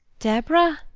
deborah,